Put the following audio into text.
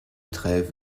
trève